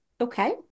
okay